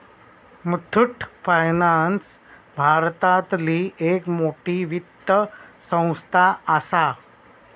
Muthoot finance भारतातली एक मोठी वित्त संस्था आसा